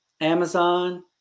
Amazon